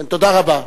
תודה רבה.